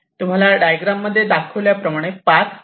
तुम्हाला डायग्राम मध्ये दाखवल्याप्रमाणे पाथ मिळाला आहे